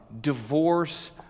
divorce